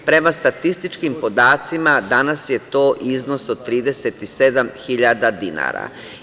Prema statističkim podacima danas je to iznos od 37.000 dinara.